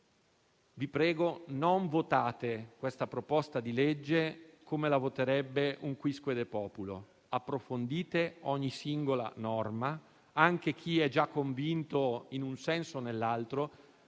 Vi prego, non votate questa proposta di legge come la voterebbe un *quisque de populo*. Approfondite ogni singola norma, anche chi è già convinto, in un senso o nell'altro,